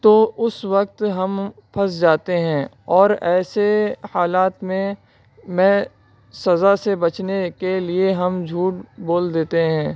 تو اس وقت ہم پھنس جاتے ہیں اور ایسے حالات میں میں سزا سے بچنے کے لیے ہم جھوٹ بول دیتے ہیں